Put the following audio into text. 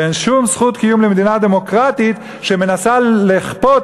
ואין שום זכות קיום למדינה דמוקרטית שמנסה לכפות,